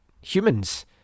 humans